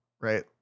right